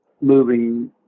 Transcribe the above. moving